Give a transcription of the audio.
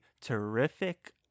terrific